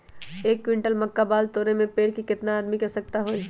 एक क्विंटल मक्का बाल तोरे में पेड़ से केतना आदमी के आवश्कता होई?